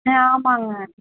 ஆ ஆமாம்ங்க